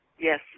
Yes